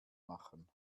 machen